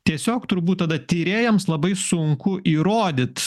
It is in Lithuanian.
tiesiog turbūt tada tyrėjams labai sunku įrodyt